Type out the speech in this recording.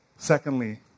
Secondly